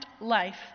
life